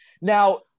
Now